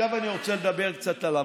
עכשיו אני רוצה לדבר קצת על המטוס.